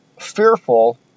fearful